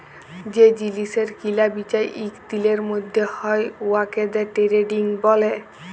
যে জিলিসের কিলা বিচা ইক দিলের ম্যধে হ্যয় উয়াকে দে টেরেডিং ব্যলে